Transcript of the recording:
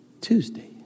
Tuesday